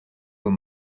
aux